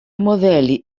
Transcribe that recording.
modelli